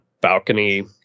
balcony